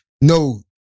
No